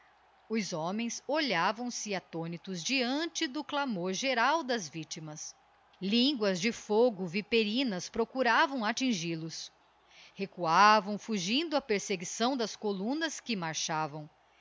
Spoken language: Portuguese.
os homens olhavam-se attonitos deante do clamor geral das victimas linguas de fogo viperinas procuravam attingil os recuavam fugindo á perseguição das columnas que marchavam